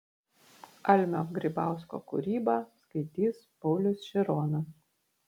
almio grybausko kūrybą skaitys paulius šironas